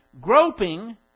Groping